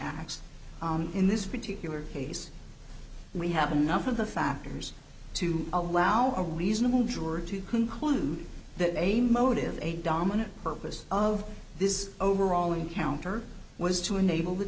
acts in this particular case we have enough of the factors to allow a reasonable juror to conclude that a motive a dominant purpose of this overall encounter was to enable the